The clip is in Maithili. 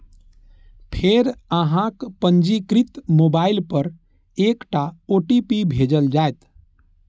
फेर अहांक पंजीकृत मोबाइल पर एकटा ओ.टी.पी भेजल जाएत